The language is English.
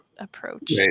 approach